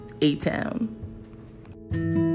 A-Town